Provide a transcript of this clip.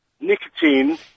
nicotine